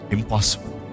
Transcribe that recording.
Impossible